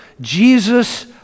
Jesus